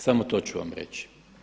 Samo to ću vam reći.